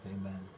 Amen